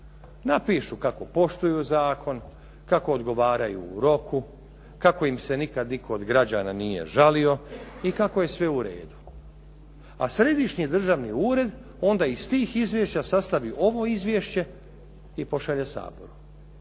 Napišu kako poštuju zakon, kako odgovaraju u roku, kako im se nikad nitko od građana nije žalio, i kako je sve u redu. A Središnji državni ured onda iz tih izvješća sastavi ovo izvješće i pošalje Saboru.